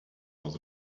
was